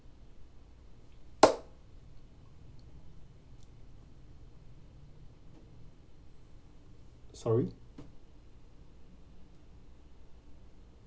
sorry